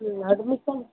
ಹ್ಞೂ ಅಡ್ಮಿಷನ್